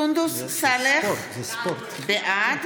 סונדוס סאלח, בעד